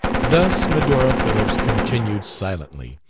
thus medora phillips continued silently,